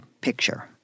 picture